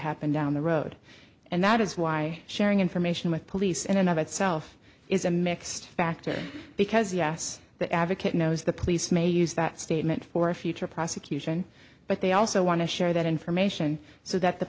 happen down the road and that is why sharing information with police in and of itself is a mixed factor because yes that advocate knows the police may use that statement for a future prosecution but they also want to share that information so that the